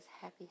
Happy